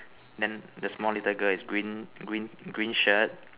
then the small little girl is green green green shirt